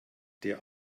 der